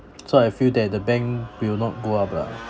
so I feel that the bank will not go up lah